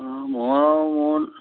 অঁ মই মোৰ